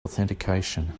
authentication